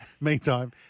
Meantime